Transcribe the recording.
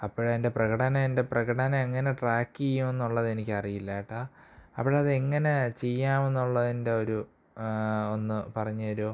അപ്പോൾ എൻ്റെ പ്രകടനം എൻ്റെ പ്രകടനം എങ്ങനെ ട്രാക്ക് ചെയ്യുന്നതെന്നുള്ളതെനിക്കറിയില്ല കേട്ടോ അപ്പോഴത് എങ്ങനെ ചെയ്യാമെന്നുള്ളതിൻ്റെ ഒരു ഒന്നു പറഞ്ഞു തരുമോ